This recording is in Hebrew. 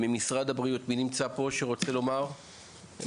ממשרד הבריאות, מי נמצא פה שרוצה לומר משהו?